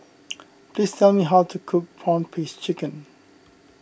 please tell me how to cook Prawn Paste Chicken